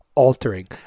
altering